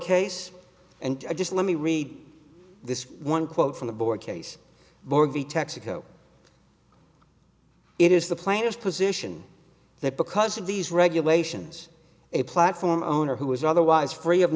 case and just let me read this one quote from the board case board v texaco it is the planners position that because of these regulations a platform owner who is otherwise free of